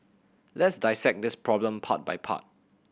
let's dissect this problem part by part